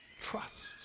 Trust